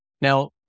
Now